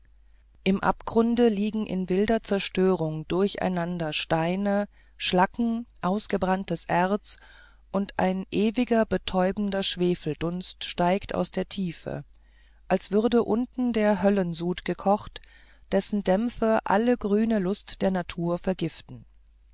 im abgrunde liegen in wilder zerstörung durcheinander steine schlacken ausgebranntes erz und ein ewiger betäubender schwefeldunst steigt aus der tiefe als würde unten der höllensud gekocht dessen dämpfe alle grüne lust der natur vergiften